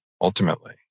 ultimately